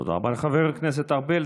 תודה רבה לחבר הכנסת ארבל.